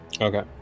Okay